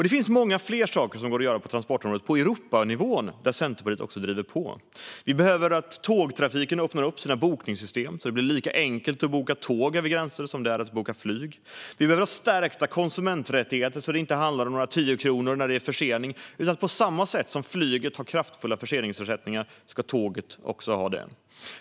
Det finns många fler saker som går att göra på transportområdet på Europanivå, där Centerpartiet också driver på. Tågtrafiken behöver öppna sina bokningssystem så att det blir lika enkelt att boka tåg över gränser som det är att boka flyg. Vi behöver också ha stärkta konsumenträttigheter så att det inte handlar om några tiotal kronor när det blir förseningar. Tåget ska ha kraftfulla förseningsersättningar på samma sätt som flyget har det.